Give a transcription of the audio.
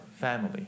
family